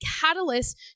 catalyst